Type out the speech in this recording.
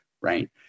Right